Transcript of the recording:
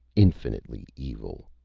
infinitely evil.